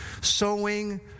sowing